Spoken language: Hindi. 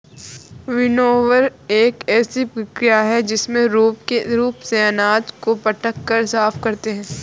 विनोवर एक ऐसी प्रक्रिया है जिसमें रूप से अनाज को पटक कर साफ करते हैं